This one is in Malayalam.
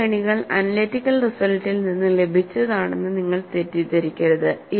ഈ ശ്രേണികൾ അനലറ്റിക്കൽ റിസൽട്ടിൽ നിന്ന് ലഭിച്ചതാണെന്ന് നിങ്ങൾ തെറ്റിദ്ധരിക്കരുത്